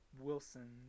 Wilson